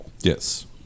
yes